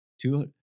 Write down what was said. two